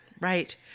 Right